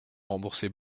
rembourser